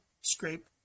scrape